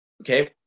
Okay